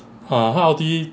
!huh! ah 他 ulti